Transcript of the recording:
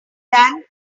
than